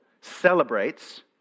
celebrates